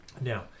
Now